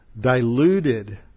diluted